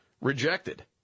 rejected